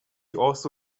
also